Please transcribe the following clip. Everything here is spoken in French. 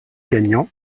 gagnants